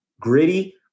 Gritty